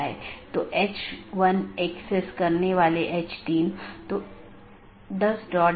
इसलिए जब एक बार BGP राउटर को यह अपडेट मिल जाता है तो यह मूल रूप से सहकर्मी पर भेजने से पहले पथ विशेषताओं को अपडेट करता है